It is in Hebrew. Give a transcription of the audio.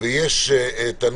גם לא